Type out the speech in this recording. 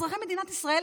אזרחי מדינת ישראל,